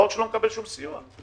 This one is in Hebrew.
אני לא מבין את ההתנהגות הזאת,